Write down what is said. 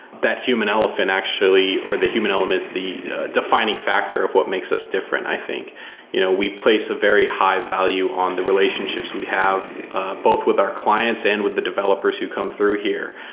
that human-elephant actually or the human elements, the defining factor of what makes us different, i think you know we place a very high value on the relationships we have ah both with our clients and with the developers who come through here.